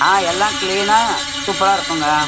ஆ எல்லாம் கிளீனாக சூப்பராக இருக்குங்க